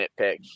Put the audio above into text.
nitpick